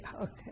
Okay